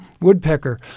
woodpecker